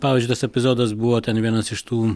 pavyzdžiui tas epizodas buvo ten vienas iš tų